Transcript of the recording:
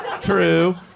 true